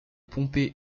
pompée